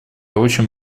очень